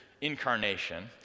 incarnation